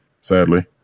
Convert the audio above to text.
sadly